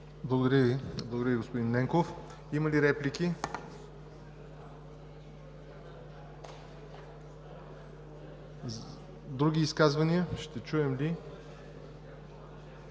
Ви, господин Ненков. Има ли реплики? Други изказвания ще чуем ли?